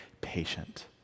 patient